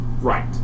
Right